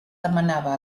demanava